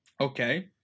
Okay